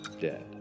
dead